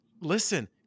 listen